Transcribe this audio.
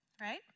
Right